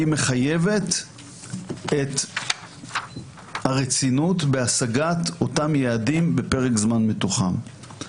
היא מחייבת את הרצינות בהשגת אותם יעדים בפרק זמן מתוחם.